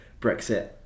Brexit